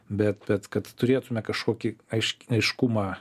bet bet kad turėtume kažkokį aiški aiškumą